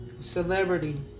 Celebrity